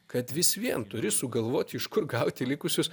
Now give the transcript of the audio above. kad vis vien turi sugalvoti iš kur gauti likusius